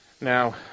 Now